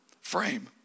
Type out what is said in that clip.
frame